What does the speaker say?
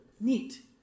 Neat